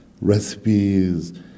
recipes